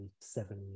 seven